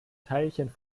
teilchen